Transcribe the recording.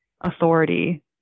authority